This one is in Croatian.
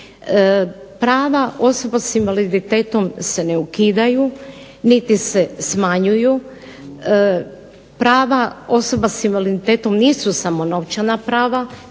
Prava osobe sa invaliditetom se ne ukidaju niti se smanjuju, prava osobe sa invaliditetom nisu samo novčana prava